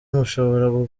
mushobora